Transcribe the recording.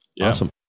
Awesome